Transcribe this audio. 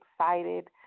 excited